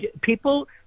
people